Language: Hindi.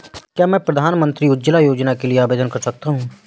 क्या मैं प्रधानमंत्री उज्ज्वला योजना के लिए आवेदन कर सकता हूँ?